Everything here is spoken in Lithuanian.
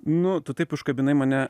nu tu taip užkabinai mane